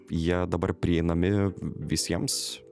jie dabar prieinami visiems